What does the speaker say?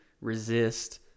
resist